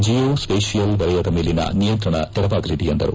Jio spatial ವಲಯದ ಮೇಲಿನ ನಿಯಂತ್ರಣ ತೆರವಾಗಲಿದೆ ಎಂದರು